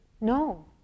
no